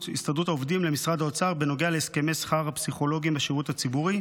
העובדים למשרד האוצר בנוגע להסכמי שכר הפסיכולוגים בשירות הציבורי.